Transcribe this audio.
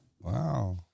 Wow